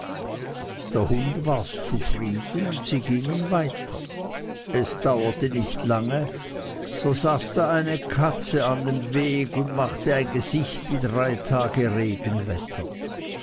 der hund wars zufrieden und sie gingen weiter es dauerte nicht lange so saß da eine katze an demweg und machte ein gesicht wie drei tage regenwetter